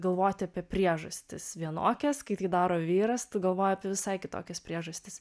galvoti apie priežastis vienokias kai tai daro vyras tu galvoji apie visai kitokias priežastis